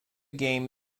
game